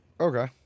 Okay